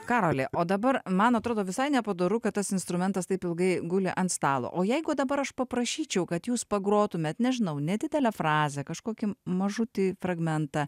karoli o dabar man atrodo visai nepadoru kad tas instrumentas taip ilgai guli ant stalo o jeigu dabar aš paprašyčiau kad jūs pagrotumėt nežinau nedidelę frazę kažkokį mažutį fragmentą